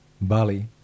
Bali